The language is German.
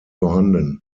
vorhanden